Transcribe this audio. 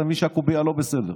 אתה מבין שהקובייה לא בסדר.